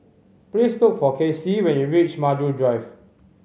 please look for Kacy when you reach Maju Drive